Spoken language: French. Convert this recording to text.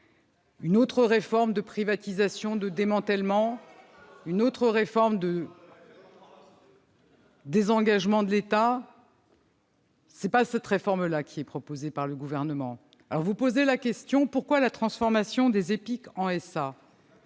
Une autre réforme de privatisation et de démantèlement, une autre réforme de désengagement de l'État ? Ce n'est pas cette réforme qui est proposée par le Gouvernement ! Vous posez la question de la transformation des EPIC en SA.